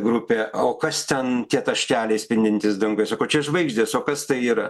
grupė o kas ten tie taškeliai spindintys danguje sako čia žvaigždės o kas tai yra